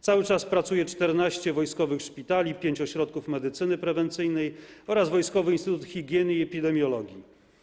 Cały czas pracuje 14 wojskowych szpitali, 5 ośrodków medycyny prewencyjnej oraz Wojskowy Instytut Higieny i Epidemiologii.